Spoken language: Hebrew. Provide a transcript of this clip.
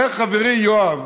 איך, חברי יואב,